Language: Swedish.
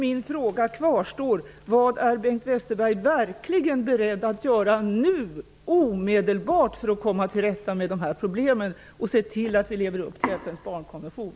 Min fråga kvarstår: Vad är Bengt Westerberg verkligen beredd att göra nu omedelbart för att komma till rätta med dessa problem och se till att vi lever upp till FN:s barnkonvention?